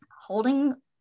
holding